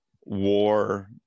war